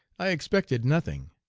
i expected nothing.